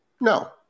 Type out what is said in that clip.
No